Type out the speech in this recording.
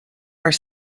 are